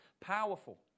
powerful